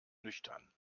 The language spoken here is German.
nüchtern